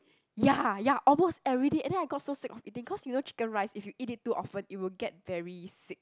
ya ya almost everyday and then I got so sick of eating cause you know chicken-rice if you eat it too often it will get very sick